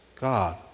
God